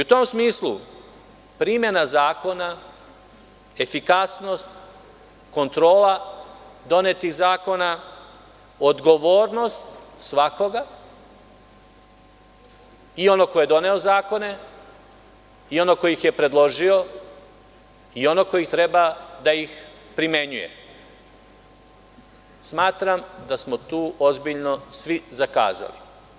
U tom smislu, primena zakona, efikasnost, kontrola donetih zakona, odgovornost svakoga, i onog ko je doneo zakone, i onog ko ih je predložio i onog ko treba da ih primenjuje, smatram da smo tu ozbiljno svi zakazali.